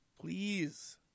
Please